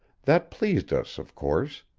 that pleased us, of course.